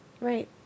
Right